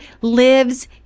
lives